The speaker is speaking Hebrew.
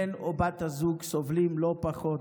בן או בת הזוג, סובלים לא פחות.